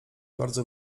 bardzo